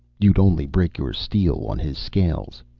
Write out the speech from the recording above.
you'd only break your steel on his scales.